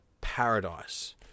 paradise